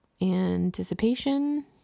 anticipation